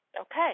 Okay